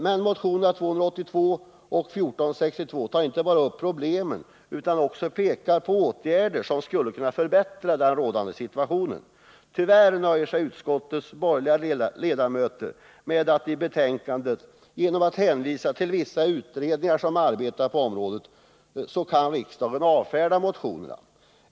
Men motionerna 282 och 1462 tar inte bara upp problemen utan pekar också på åtgärder som skulle kunna förbättra den rådande situationen. Tyvärr nöjer sig utskottets borgerliga ledamöter med att i betänkandet genom att hänvisa till vissa utredningar som arbetar på området säga att riksdagen kan avfärda motionerna.